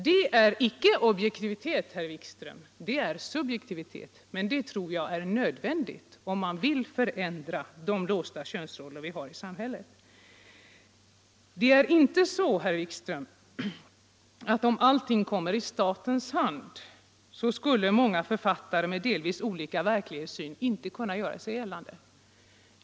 Det är icke objektivitet, herr Wikström, utan det är subjektivitet, men det tror jag är nödvändigt om man vill förändra de låsta könsroller vi har i samhället. Det är inte så, herr Wikström, att om hela läromedelsproduktionen kommer i statens hand så skulle många författare med delvis olika verklighetssyn inte kunna göra sig gällande.